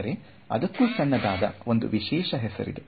ಆದರೆ ಅದಕ್ಕೂ ಸಣ್ಣದಾದ ಒಂದು ವಿಶೇಷ ಹೆಸರಿದೆ